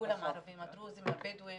כולם ערבים, הדרוזים, הבדואים.